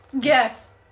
Yes